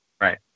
right